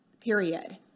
period